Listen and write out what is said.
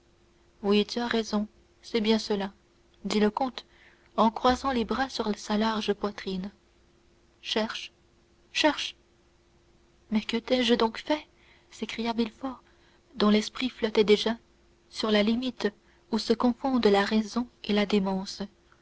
oui tu as raison c'est bien cela dit le comte en croisant les bras sur sa large poitrine cherche cherche mais que t'ai-je donc fait s'écria villefort dont l'esprit flottait déjà sur la limite où se confondent la raison et la démence